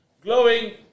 glowing